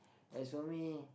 as for me